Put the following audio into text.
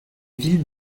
villes